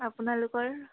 আপোনালোকৰ